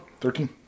Thirteen